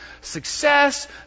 Success